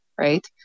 right